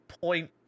point